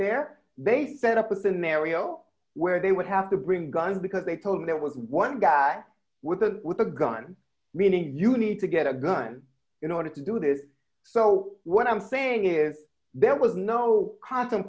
there they set up a scenario where they would have to bring guns because they told me there was one guy with a with a gun meaning you need to get a gun in order to do this so what i'm saying is there was no